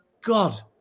God